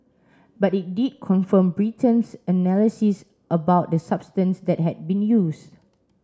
but it did confirm Britain's analysis about the substance that had been used